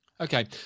Okay